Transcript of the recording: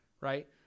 right